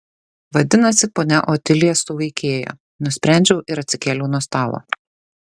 vadinasi ponia otilija suvaikėjo nusprendžiau ir atsikėliau nuo stalo